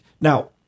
Now